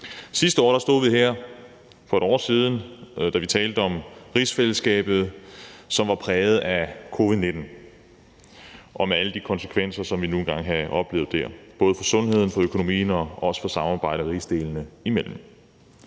Sidste år stod vi her, for et år siden, og talte om rigsfællesskabet, som var præget af covid-19 og med alle de konsekvenser, som vi nu engang havde oplevet der, både for sundheden, for økonomien og også for samarbejdet rigsdelene imellem.